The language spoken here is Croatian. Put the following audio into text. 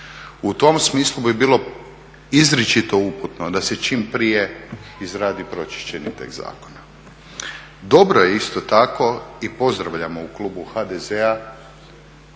U tom smislu bi bilo izričito uputno da se čim prije izradi pročišćeni tekst zakona. Dobro je isto tako i pozdravljamo u klubu HDZ-a